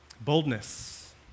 Boldness